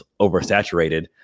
oversaturated